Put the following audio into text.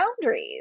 boundaries